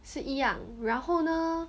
是一样然后呢